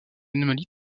anomalie